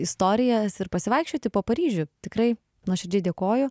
istorijas ir pasivaikščioti po paryžių tikrai nuoširdžiai dėkoju